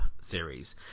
series